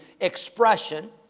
expression